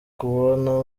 kubona